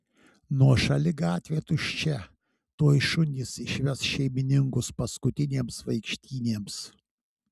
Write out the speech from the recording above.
nuošali gatvė tuščia tuoj šunys išves šeimininkus paskutinėms vaikštynėms